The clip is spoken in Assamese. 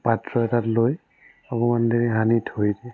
পাত্ৰ এটাত লৈ অকণমান দেৰি সানি থৈ দিয়ে